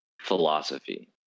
philosophy